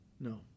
No